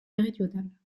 méridionale